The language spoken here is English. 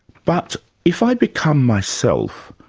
but if i become myself,